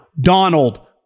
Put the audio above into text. Donald